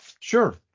sure